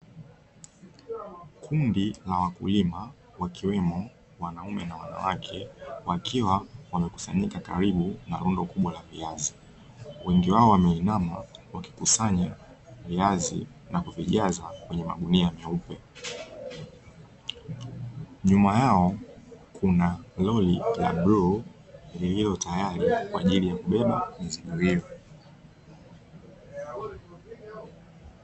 Kundi la wakulima wakiwemo wanaume na wanawake, wakiwa wamekusanyika kalibu na rundo kubwa la viazi wengi wao wameinama wakikusanya viazi na kuvijaza kwenye magunia meupe nyuma yao kuna lori la bluu lililotayali kwaajili ya kubeba mizigo hiyo.